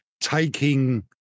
taking